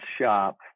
shop